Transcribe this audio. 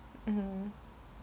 um